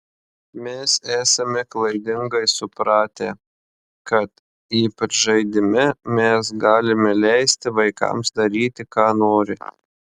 mes esame klaidingai supratę kad ypač žaidime mes galime leisti vaikams daryti ką nori